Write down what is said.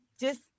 Just-